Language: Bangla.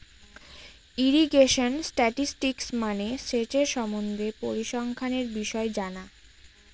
ইরিগেশন স্ট্যাটিসটিক্স মানে সেচের সম্বন্ধে যে পরিসংখ্যানের বিষয় জানা